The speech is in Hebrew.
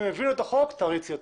אם הם הבינו את החוק, תריצי אותו.